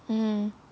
mm